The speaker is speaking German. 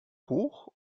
hoch